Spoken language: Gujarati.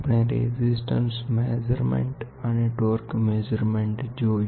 આપણે અવરોધ માપન અને જોયું